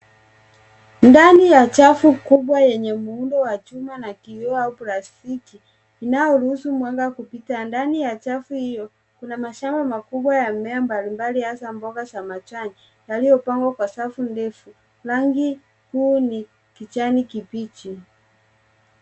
Ndani ya chafu kubwa yenye muundo wa chuma na kioo au plastiki, inayoruhusu mwanga kupita. Ndani ya chafu hiyo, kuna mashamba makubwa ya mimea mbalimbali hasa mboga za majani, yaliyopangwa kwa safu ndefu. Rangi huu ni kijani kibichi.